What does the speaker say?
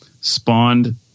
spawned